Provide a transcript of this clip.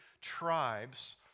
tribes